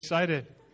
Excited